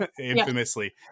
infamously